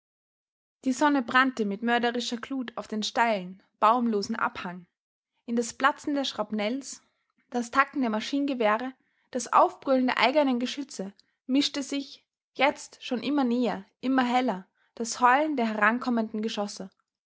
die sonne brannte mit mörderischer glut auf den steilen baumlosen abhang in das platzen der schrapnells das tacken der maschinengewehre das aufbrüllen der eigenen geschütze mischte sich jetzt schon immer näher immer heller das heulen der herankommenden geschosse